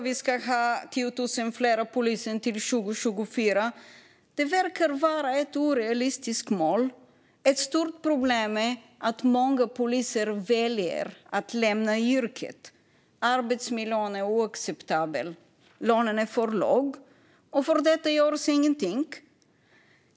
Vi ska ha 10 000 fler poliser till 2024. Det verkar vara ett orealistiskt mål. Ett stort problem är att många poliser väljer att lämna yrket. Arbetsmiljön är oacceptabel, och lönen är för låg. Åt detta görs ingenting.